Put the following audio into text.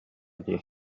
дии